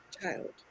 child